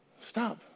Stop